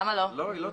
לא.